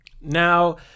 Now